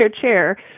chair